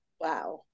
wow